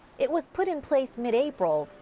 it was put in place mid-april.